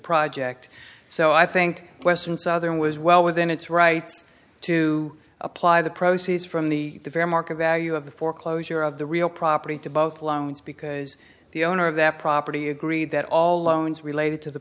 project so i think western southern was well within its rights to apply the proceeds from the fair market value of the foreclosure of the real property to both loans because the owner of that property agreed that all loans related to the